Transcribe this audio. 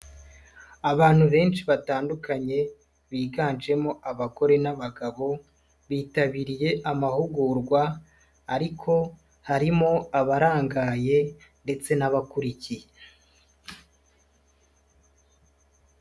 Abantu benshi batandukanye biganjemo abagore n'abagabo bitabiriye amahugurwa ariko harimo abarangaye ndetse n'abakurikiye.